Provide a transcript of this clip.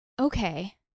okay